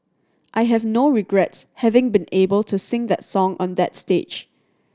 I have no regrets having been able to sing that song on that stage